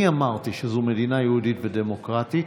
אני אמרתי שזו מדינה יהודית ודמוקרטית.